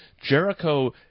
Jericho